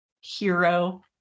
hero